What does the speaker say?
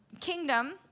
kingdom